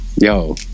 Yo